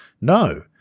no